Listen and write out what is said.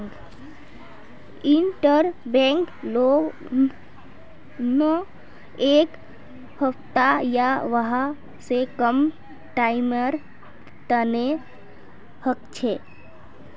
interbank loan एक हफ्ता या वहा स कम टाइमेर तने हछेक